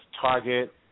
Target